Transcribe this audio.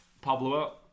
Pablo